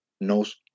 knows